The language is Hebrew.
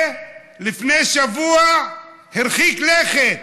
ולפני שבוע הוא הרחיק לכת: